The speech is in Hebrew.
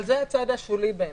אבל זה הצד השולי בעיניי,